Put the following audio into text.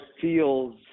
feels –